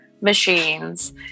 machines